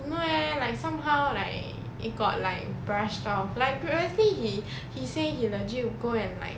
don't know eh like somehow like i~ it got like brushed off like previously he he say he legit go and like